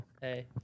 Hey